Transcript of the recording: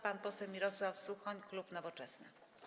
Pan poseł Mirosław Suchoń, klub Nowoczesna.